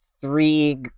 three